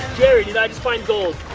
jerry. did i just find gold?